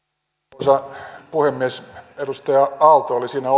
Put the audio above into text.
arvoisa puhemies edustaja aalto oli siinä